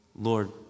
Lord